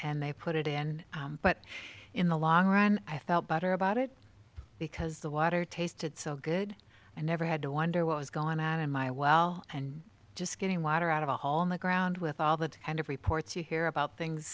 and they put it in but in the long run i felt better about it because the water tasted so good i never had to wonder what was going on in my well and just getting water out of a hole in the ground with all that kind of reports you hear about things